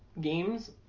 games